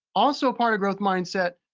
also a point of growth mindset,